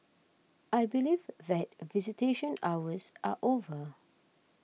I believe that visitation hours are over